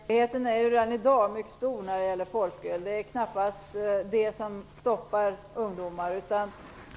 Fru talman! Tillgängligheten är redan i dag mycket stor när det gäller folköl. Det är knappast där vi kan stoppa ungdomar.